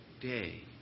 day